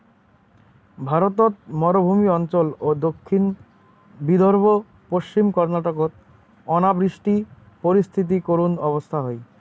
ভারতর মরুভূমি অঞ্চল ও দক্ষিণ বিদর্ভ, পশ্চিম কর্ণাটকত অনাবৃষ্টি পরিস্থিতি করুণ অবস্থা হই